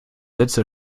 sätze